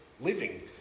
living